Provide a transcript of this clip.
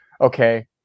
okay